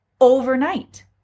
overnight